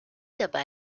dabei